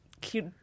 cute